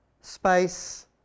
space